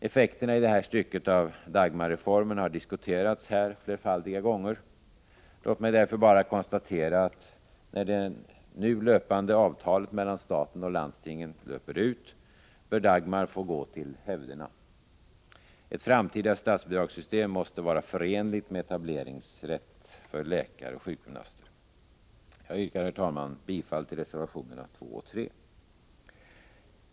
Effekterna i det stycket av Dagmarreformen har diskuterats här flerfaldiga gånger. Låt mig därför bara konstatera att när det nu löpande avtalet mellan staten och landstingen löper ut, bör Dagmar få gå till hävderna. Ett framtida statsbidragssystem måste vara förenligt med etableringsrätt för läkare och sjukgymnaster. Jag yrkar, herr talman, bifall till reservationerna 2 och 3.